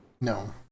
No